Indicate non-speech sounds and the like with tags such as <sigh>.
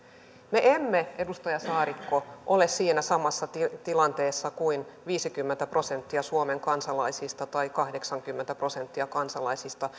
me emme edustaja saarikko ole siinä samassa tilanteessa kuin viisikymmentä prosenttia suomen kansalaisista tai kahdeksankymmentä prosenttia kansalaisista <unintelligible>